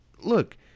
Look